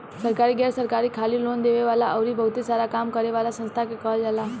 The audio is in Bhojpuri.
सरकारी, गैर सरकारी, खाली लोन देवे वाला अउरी बहुते सारा काम करे वाला संस्था के कहल जाला